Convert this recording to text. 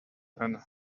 pen